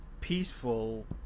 peaceful